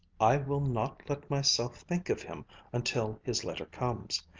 i will not let myself think of him until his letter comes,